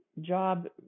job